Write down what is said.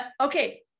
Okay